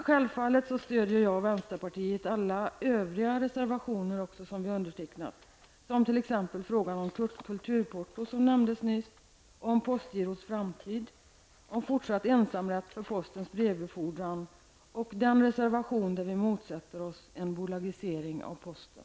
Självfallet stöder vi i vänsterpartiet även alla övriga reservationer där våra namn finns med, t.ex. när det gäller frågan om kulturporto, som nämndes nyss, och postgirots framtid, om fortsatt ensamrätt för postens brevbefordran och den reservation där vi motsätter oss en bolagisering av posten.